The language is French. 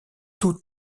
tout